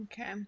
Okay